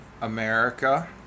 America